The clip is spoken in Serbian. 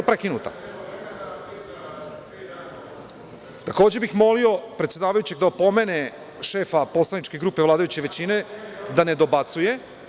Jel ovo po amandmanu?) Takođe bih molio predsedavajućeg da opomene šefa poslaničke grupe vladajuće većine da ne dobacuje.